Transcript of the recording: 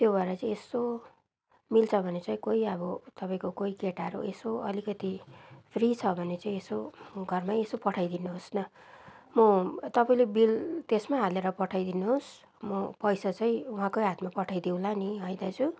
त्यो भएर चाहिँ यसो मिल्छ भने चाहिँ कोही अब तपाईँको कोही केटाहरू यसो अलिकति फ्री छ भने चाहिँ यसो घरमै यसो पठाइदिनुहोस् न म तपाईँले बिल त्यसमै हालेर पढाइदिनुहोस् म पैसा चाहिँ उहाँकै हातमा पठाइदिउँला नि है दाजु